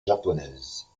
japonaise